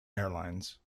airlines